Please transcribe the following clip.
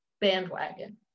bandwagon